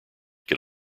get